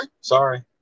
Sorry